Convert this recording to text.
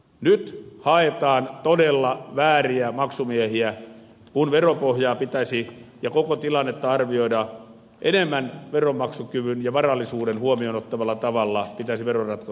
nyt haetaan todella vääriä maksumiehiä kun veropohjaa pitäisi ja koko tilannetta arvioida enemmän veronmaksukyvyn ja varallisuuden huomioon ottavalla tavalla pitäisi nyt veroratkaisut tehdä